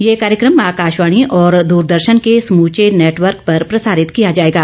यह कार्यक्रम आकाशवाणी और दूरदर्शन के समूचे नेटवर्क पर प्रसारित किया जाएगा